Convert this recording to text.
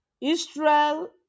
Israel